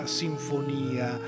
sinfonia